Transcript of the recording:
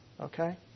okay